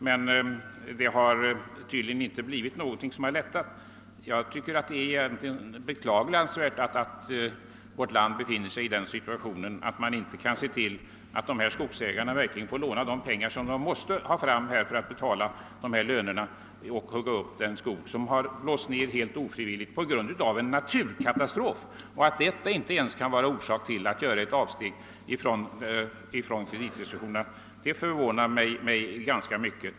Tydligen har emellertid situationen inte lättat. Jag tycker det är beklagansvärt att vårt land befinner sig i den situationen att vi inte kan låta skogsägarna få låna de pengar som de måste ha för att kunna hugga upp den skog som har blåst ned. Att inte ens en naturkatastrof kan utgöra orsak för ett avsteg från kreditrestriktionerna förvånar mig mycket.